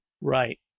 Right